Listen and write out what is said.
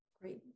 Great